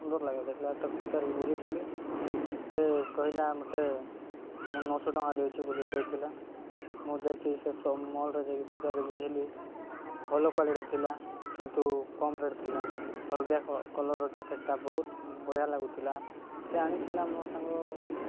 ସୁନ୍ଦର ଲାଗେ ଦେଖିଲାବେଳକୁ ତାକୁ ପଚାରିକି ବୁଝିଥିଲି ସେ କହିଲା ମୋତେ ମୁଁ ନଅଶହ ଟଙ୍କା ଦେଇଛି ବୋଲି କହିଥିଲା ମୁଁ ଯାଇକି ସେ ମଲରେ ଯାଇକି ପଚାରିକି ବୁଝିଲି ଭଲ କ୍ୱାଲିଟି ଥିଲା କିନ୍ତୁ କମ୍ ରେଟ୍ ଥିଲା ହଳଦିଆ କଲର ଜ୍ୟାକେଟଟା ବହୁତ ବଢ଼ିଆ ଲାଗୁଥିଲା ସେ ଆଣିଥିଲା ମୋ ସାଙ୍ଗ